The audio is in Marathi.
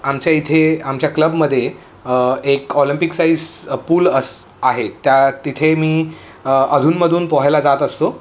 आमच्या इथे आमच्या क्लबमध्ये एक ऑलिंपिक साईज पूल अस आहे त्या तिथे मी अधूनमधून पोहायला जात असतो